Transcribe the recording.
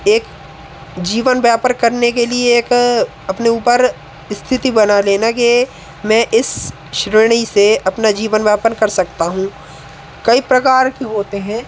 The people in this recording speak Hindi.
एक जीवन व्यापर करने के लिए एक अपने ऊपर स्थिति बना लेना ये मैं इस श्रेणी से अपना जीवन व्यापन कर सकता हूँ कई प्रकार के होते हैं